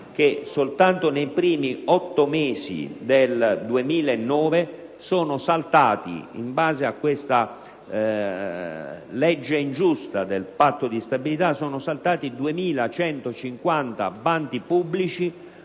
che nei primi otto mesi del 2009 sono saltati, in base a questa legge ingiusta del Patto di stabilità, 2.150 bandi pubblici